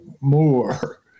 more